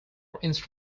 instruments